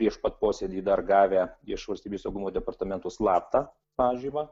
prieš pat posėdį dar gavę iš valstybės saugumo departamento slaptą pažymą